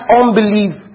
unbelief